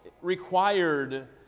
required